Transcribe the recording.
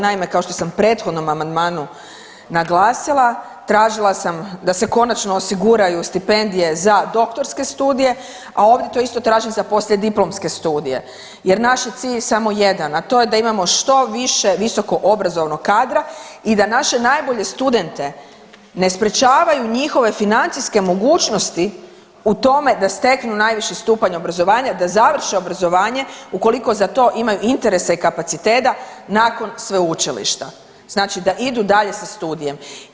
Naime, kao što sam u prethodnom amandmanu naglasila, tražila sam da se konačno osiguraju stipendije za doktorske studije, a ovdje to isto tražim za poslijediplomske studije jer naš je cilj samo jedan, a to je da imamo što više visokoobrazovnog kadra i da naše najbolje studente ne sprečavaju njihove financijske mogućnosti u tome da steknu najviši stupanj obrazovanja, da završe obrazovanje ukoliko za to imaju interesa i kapaciteta nakon sveučilišta, znači da idu dalje sa studijem.